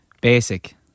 Basic